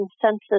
consensus